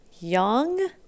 young